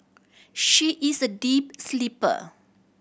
she is a deep sleeper